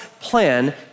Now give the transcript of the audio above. plan